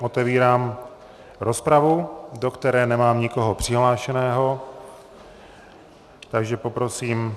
Otevírám rozpravu, do které nemám nikoho přihlášeného, takže poprosím...